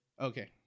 Okay